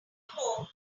home